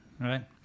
Right